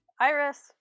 Iris